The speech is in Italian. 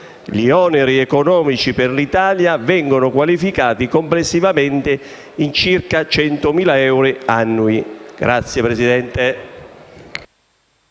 Gli oneri economici per l'Italia vengono quantificati complessivamente in circa 100.000 euro annui.